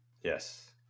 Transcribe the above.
Yes